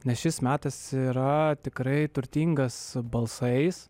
nes šis metas yra tikrai turtingas balsais